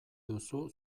duzu